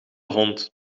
hond